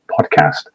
podcast